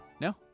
No